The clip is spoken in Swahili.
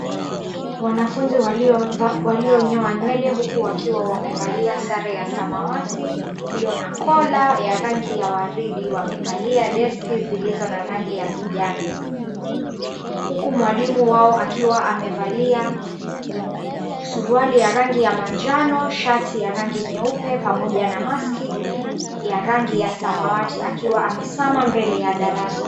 Wanafunzi walionyoa nywele, huku wakiwa wamevalia sare ya samawati iliyo na kola ya rangi ya waridi, wamekalia deski zilizo na rangi ya kijani. Huku mwalimu wao akiwa amevalia suruali ya rangi ya manjano, shati ya rangi nyeupe, pamoja na maski ya rangi ya samawati, akiwa amesimama mbele ya darasa.